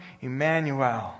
Emmanuel